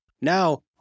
now